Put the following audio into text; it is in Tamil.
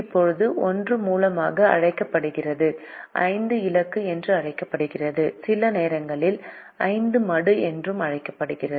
இப்போது ஒன்று மூலமாக அழைக்கப்படுகிறது ஐந்து இலக்கு என்று அழைக்கப்படுகிறது சில நேரங்களில் ஐந்து மடு என்றும் அழைக்கப்படுகிறது